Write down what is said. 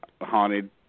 haunted